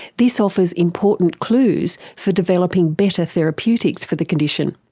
this offers important clues for developing better therapeutics for the condition.